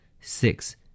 Six